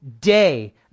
day